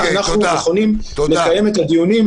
אנחנו יכולים לקיים את הדיונים,